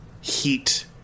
heat